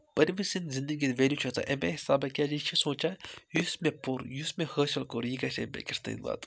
پٔرمہِ سٕنٛدۍ زِندگی ویلیوٗ چھُ آسان اَمے حِسابہٕ کیٛازِ یہِ چھِ سونٛچان یُس مےٚ پوٚر یُس مےٚ حٲصِل کوٚر یہِ گژھِ اَمہِ بیٚکِس تانۍ واتُن